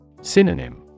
Synonym